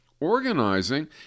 Organizing